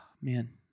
man